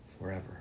forever